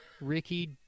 Ricky